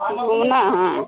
घूमना है